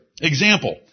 Example